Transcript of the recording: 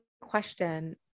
question